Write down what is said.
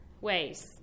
ways